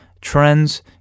trends